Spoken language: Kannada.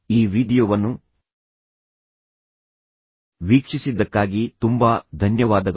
ಈ ವೀಡಿಯೊವನ್ನು ವೀಕ್ಷಿಸಿದ್ದಕ್ಕಾಗಿ ತುಂಬಾ ಧನ್ಯವಾದಗಳು